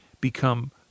become